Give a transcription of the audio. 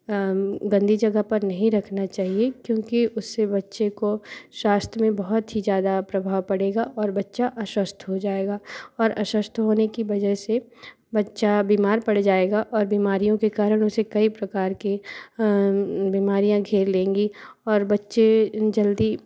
गंदी जगह पर नहीं रखना चाहिए क्योंकि उस बच्चे को स्वास्थ्य में बहुत ही ज़्यादा प्रभाव पड़ेगा और बच्चा अस्वस्थ हो जाएगा और अस्वस्थ होने की वजह से बच्चा बीमार पड़ जाएगा और बीमारियों के कारण उसे कई प्रकार के बीमारियाँ घेर लेंगी और बच्चे जल्दी